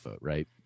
right